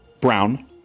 Brown